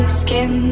skin